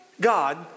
God